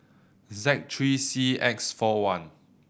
Z three C X four one